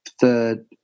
third